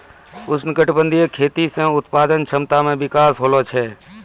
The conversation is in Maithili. उष्णकटिबंधीय खेती से उत्पादन क्षमता मे विकास होलो छै